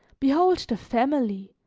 behold the family,